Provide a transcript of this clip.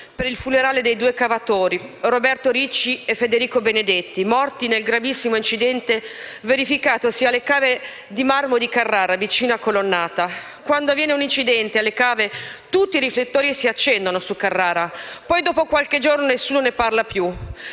per il funerale dei due cavatori, Roberto Ricci e Federico Benedetti, morti nel gravissimo incidente verificatosi alle cave di marmo di Carrara, vicino Colonnata. Quando avviene un incidente alle cave tutti i riflettori si accendono su Carrara, poi dopo qualche giorno nessuno ne parla più,